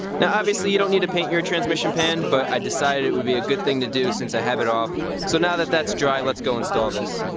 now obviously you don't need to paint your transmission pan, but i decided it would be a good thing to do since i have it off. so now that that's dry, let's go install this.